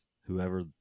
whoever